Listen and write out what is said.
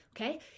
okay